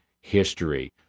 history